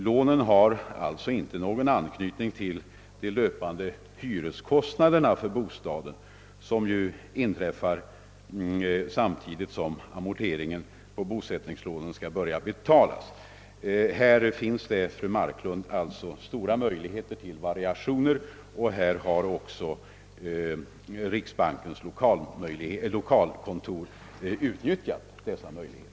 Lånen har alltså inte någon anknytning till de löpande hyreskostnaderna för bostaden, som ju inträder samtidigt som amorteringen på bosättningslånen skall börja. Här finns det alltså, fru Marklund, stora möjligheter till variationer, och riksbankens lokalkontor har även utnyttjat dessa möjligheter.